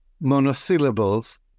monosyllables